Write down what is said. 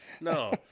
No